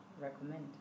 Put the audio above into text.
recommend